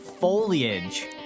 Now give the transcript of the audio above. foliage